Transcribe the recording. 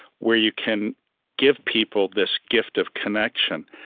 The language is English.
where you can give people this gift of connection.